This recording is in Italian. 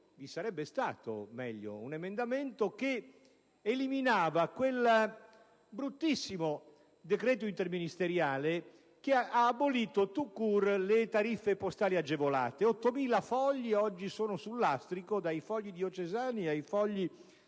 vi sarebbe stato) un emendamento che eliminava quel bruttissimo decreto interministeriale che ha abolito *tout court* le tariffe postali agevolate. Ottomila fogli oggi sono sul lastrico (dai fogli diocesani a quelli